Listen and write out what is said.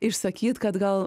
išsakyti kad gal